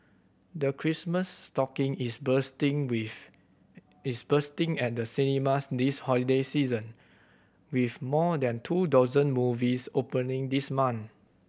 the Christmas stocking is bursting with is bursting and the cinemas this holiday season with more than two dozen movies opening this month